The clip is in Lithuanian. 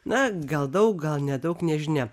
na gal daug gal nedaug nežinia